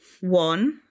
One